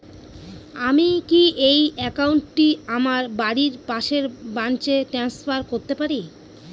আমি কি এই একাউন্ট টি আমার বাড়ির পাশের ব্রাঞ্চে ট্রান্সফার করতে পারি?